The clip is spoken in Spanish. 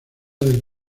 del